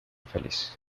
feliz